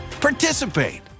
participate